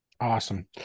Awesome